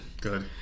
Good